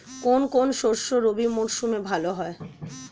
কোন কোন শস্য রবি মরশুমে ভালো হয়?